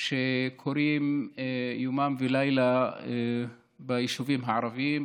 שקורים יומם ולילה ביישובים הערביים,